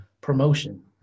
promotion